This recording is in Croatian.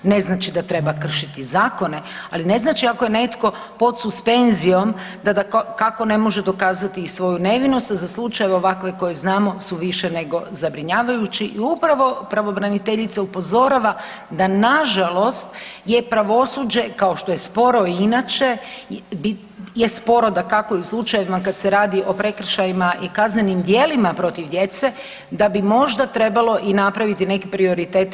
Ne znači da treba kršiti zakone, ali ne znači ako je netko pod suspenzijom da dakako ne može dokazati i svoju nevinost za slučajeve ovakve koje znamo su više nego zabrinjavajući i upravo pravobraniteljica upozorava da na žalost je pravosuđe kao što je sporo i inače je sporo dakako i u slučajevima kada se radi o prekršajima i kaznenim djelima protiv djece da bi možda trebalo i napraviti neke prioritete.